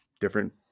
different